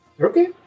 Okay